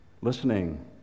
Listening